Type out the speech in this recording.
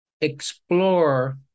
explore